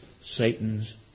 Satan's